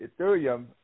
Ethereum